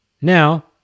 now